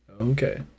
Okay